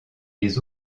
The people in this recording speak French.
les